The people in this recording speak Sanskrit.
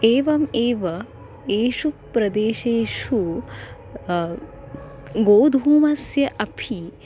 एवम् एव एषु प्रदेशेषु गोधूमस्य अपि